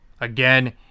again